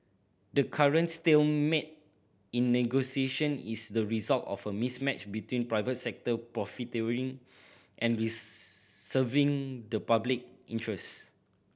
the current stalemate in negotiation is the result of a mismatch between private sector profiteering and serving the public interests